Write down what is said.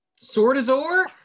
Swordazor